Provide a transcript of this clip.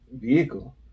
vehicle